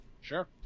sure